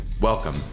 Welcome